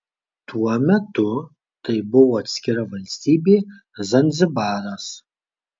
tuo metu tai buvo atskira valstybė zanzibaras